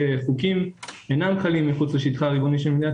שחוקים אינם חלים מחוץ לשטחה הריבוני של מדינת